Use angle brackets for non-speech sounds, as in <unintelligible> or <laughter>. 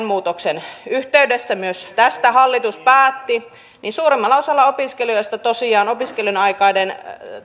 <unintelligible> muutoksen yhteydessä myös tästä hallitus päätti niin suurimmalla osalla opiskelijoista tosiaan opiskelujen aikainen